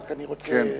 כמובן,